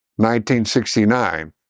1969